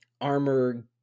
armor